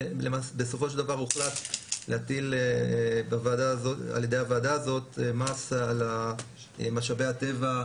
בסופו של דבר הוחלט להטיל על ידי הוועדה הזאת מס על משאבי הטבע,